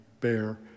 bear